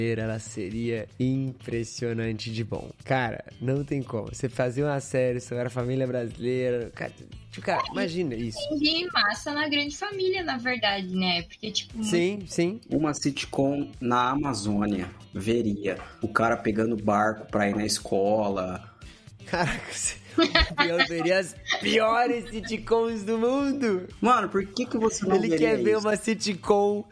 ela seria impressionante de bom. Cara, não tem como. Você fazia uma série sobre a família brasileira, cara, tipo, cara, É, e imagina isso. tem ninguém massa na Grande Família, na verdade, né? Porque, tipo, Sim, muito- sim. Uma sitcom na Amazônia, veria. O cara pegando barco pra ir na escola. Caraca, você- meu Deus, eu veria as piores sitcoms do mundo. Mano, por que que você não Ele quer veria ver isso? uma sitcom